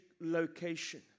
location